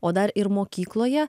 o dar ir mokykloje